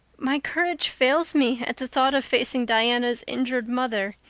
my courage fails me at the thought of facing diana's injured mother,